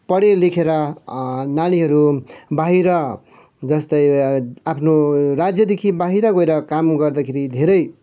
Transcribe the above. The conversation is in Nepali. पढिलेखेर नानीहरू बाहिर जस्तै आफ्नो राज्यदेखि बाहिर गएर काम गर्दाखेरि धेरै